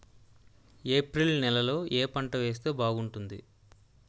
April నెలలో ఏ పంట వేస్తే బాగుంటుంది?